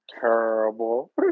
Terrible